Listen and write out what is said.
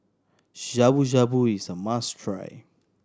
Shabu Shabu is a must try